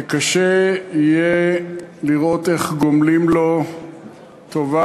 שקשה יהיה לראות איך גומלים לו טובה,